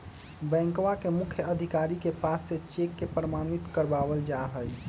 बैंकवा के मुख्य अधिकारी के पास से चेक के प्रमाणित करवावल जाहई